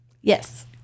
Yes